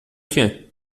que